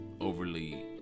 overly